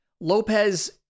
Lopez